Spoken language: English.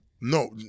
No